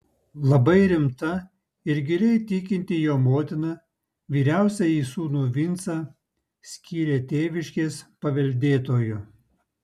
labai rimta ir giliai tikinti jo motina vyriausiąjį sūnų vincą skyrė tėviškės paveldėtoju